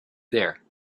there